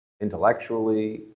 intellectually